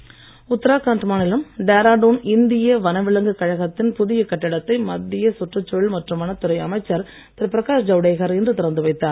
ஜவ்டேகர் உத்தராகண்ட் மாநிலம் டேராடுன் இந்திய வனவிலங்கு கழகத்தின் புதிய கட்டிடத்தை மத்திய சுற்றுச்சூழல் மற்றும் வனத்துறை அமைச்சர் திரு பிரகாஷ் ஜவ்டேகர் இன்று திறந்து வைத்தார்